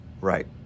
Right